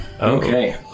Okay